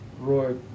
Roy